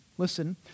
Listen